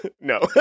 no